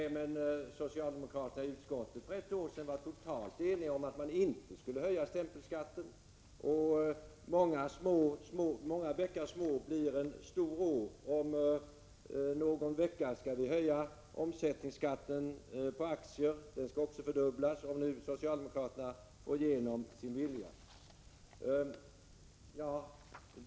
Nej, men socialdemokraterna i utskottet var för ett år sedan totalt eniga om att man inte skulle höja stämpelskatten. Många bäckar små blir en stor å. Om någon vecka skall vi höja omsättningsskatten på aktier. Den skall fördubblas, om nu socialdemokraterna får igenom sin vilja.